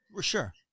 Sure